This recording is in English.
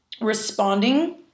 responding